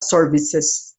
services